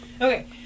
Okay